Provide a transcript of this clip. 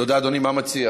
תודה, אדוני.